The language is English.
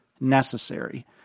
necessary